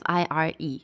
Fire